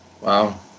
Wow